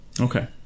Okay